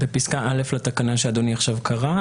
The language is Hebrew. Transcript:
בפסקה (א) לתקנה שאדוני עכשיו קרא,